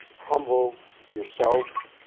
humble yourself.